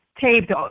taped